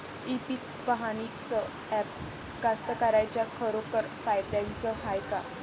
इ पीक पहानीचं ॲप कास्तकाराइच्या खरोखर फायद्याचं हाये का?